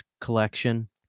collection